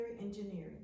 engineering